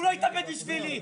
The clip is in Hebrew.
הוא לא התאבד בשבילי,